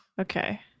Okay